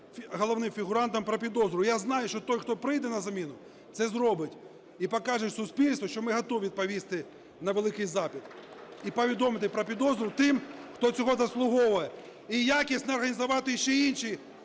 головним фігурантам про підозру. Я знаю, що той, хто прийде на заміну, це зробить і покаже суспільству, що ми готові відповісти на великий запит і повідомити про підозру тим, хто цього заслуговує і якісно організувати ще й інші…